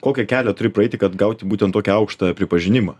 kokį kelią turi praeiti kad gauti būtent tokį aukštą pripažinimą